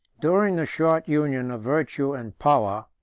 during the short union of virtue and power,